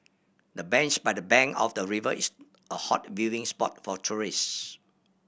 the bench by the bank of the river is a hot viewing spot for tourists